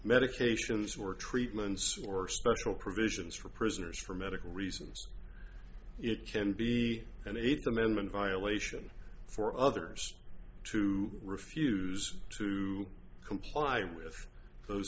medications or treatments or special provisions for prisoners for medical reasons it can be an eighth amendment violation for others to refuse to comply with those